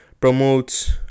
promotes